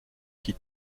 qui